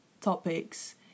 topics